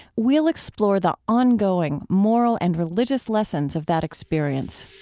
we'll explore the ongoing moral and religious lessons of that experience